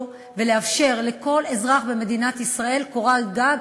ולאפשר לכל אזרח במדינת ישראל קורת גג,